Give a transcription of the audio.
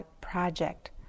project